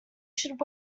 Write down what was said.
should